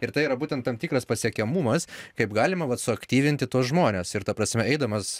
ir tai yra būtent tam tikras pasiekiamumas kaip galima vat suaktyvinti tuos žmones ir ta prasme eidamas